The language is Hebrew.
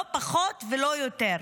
לא פחות ולא יותר,